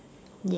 ya